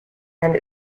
and